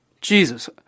Jesus